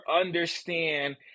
understand